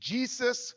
Jesus